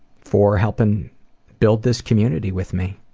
for helping build this community with me.